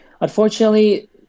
unfortunately